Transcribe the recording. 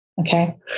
okay